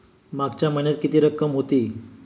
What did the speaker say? मागच्या महिन्यात किती रक्कम होती?